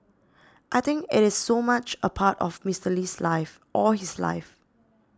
I think it is so much a part of Mister Lee's life all his life